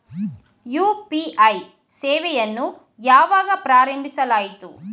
UPI ಸೇವೆಯನ್ನು ಯಾವಾಗ ಪ್ರಾರಂಭಿಸಲಾಯಿತು?